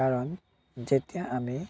কাৰণ যেতিয়া আমি